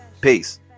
Peace